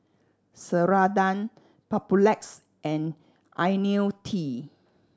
Ceradan Papulex and Ionil T